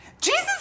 Jesus